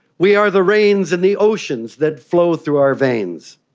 we are the rains and the oceans that flow through our veins.